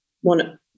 One